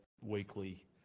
weekly